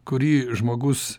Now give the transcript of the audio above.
kurį žmogus